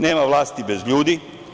Nema vlasti bez ljudi.